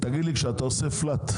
כשאתם עושים קיצוץ רוחבי,